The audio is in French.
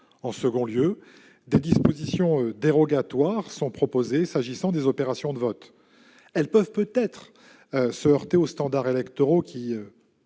Par ailleurs, des dispositions dérogatoires sont proposées s'agissant des opérations de vote. Elles peuvent se heurter aux standards électoraux qui